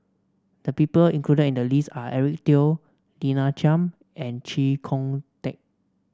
the people included in the list are Eric Teo Lina Chiam and Chee Kong Tet